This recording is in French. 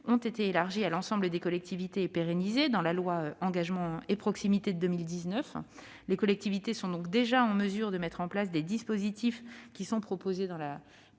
ont été élargies à l'ensemble des collectivités et pérennisées dans la loi Engagement et proximité de 2019. Les collectivités sont donc déjà en mesure de mettre en place des dispositifs qui font l'objet de la présente